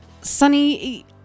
Sunny